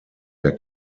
der